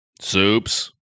soups